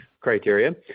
criteria